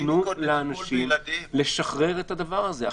תנו לאנשים לשחרר את הדבר הזה.